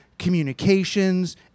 communications